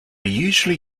usually